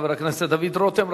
חבר הכנסת דוד רותם.